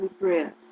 bread